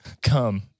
Come